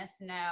No